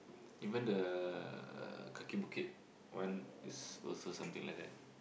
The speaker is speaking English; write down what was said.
even the Kaki-Bukit one is also something like that